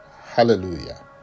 Hallelujah